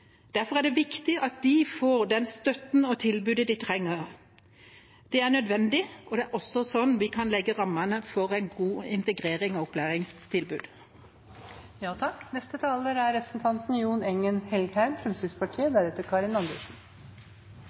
Derfor er det viktig at de får den støtten og det tilbudet de trenger. Det er nødvendig – og det er også sånn vi kan legge rammene for en god integrering og et godt opplæringstilbud.